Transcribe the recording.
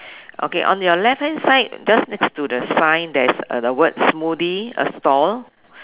okay on your left hand side just next to the sign there is a the word smoothie a stall